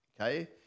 Okay